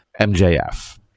mjf